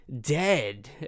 dead